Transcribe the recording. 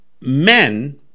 men